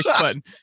button